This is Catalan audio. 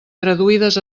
traduïdes